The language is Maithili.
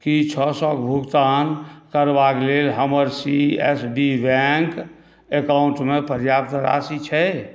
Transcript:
कि छओ सओ भुगतान करबा लेल हमर सी एस बी बैँक एकाउण्टमे पर्याप्त राशि छै